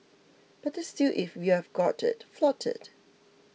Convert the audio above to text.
better still if you've got it flaunt it